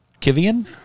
Kivian